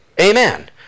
amen